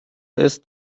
ist